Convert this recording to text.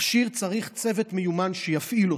מכשיר צריך צוות מיומן שיפעיל אותו,